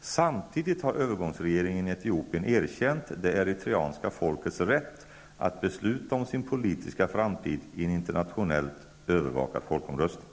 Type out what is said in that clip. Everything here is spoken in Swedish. Samtidigt har övergångsregeringen i Etiopien erkänt det eritreanska folkets rätt att besluta om sin politiska framtid i en internationellt övervakad folkomröstning.